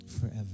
Forever